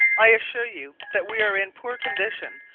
i assure you that we are in poor condition,